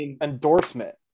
endorsement